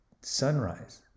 sunrise